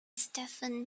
stephan